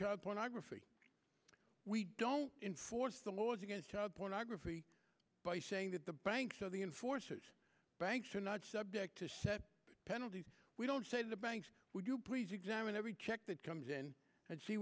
to pornography we don't force the laws against child pornography by saying that the banks so they can force banks are not subject to penalties we don't say the banks would you please examine every check that comes in and see